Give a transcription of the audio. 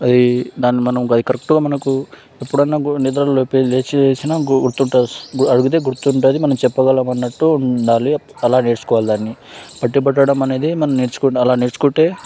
దాన్ని మనం కరెక్ట్గా మనకు ఎప్పుడన్నా నిద్రలో లేపే లేచేసిన గుర్తుంటుంది అడిగితే గుర్తుంటుంది మనం చెప్పగలం అన్నట్టు ఉండాలి అలా నేర్చుకోవాలి దాన్ని బట్టి పట్టడం అనేది మనం నేర్చుకున్నారా నేర్చుకుంటే